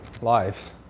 lives